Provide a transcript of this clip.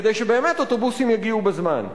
כדי שבאמת אוטובוסים יגיעו בזמן.